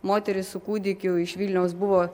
moteris su kūdikiu iš vilniaus buvo